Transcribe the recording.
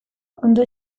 ondo